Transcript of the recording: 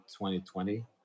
2020